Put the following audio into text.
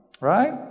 Right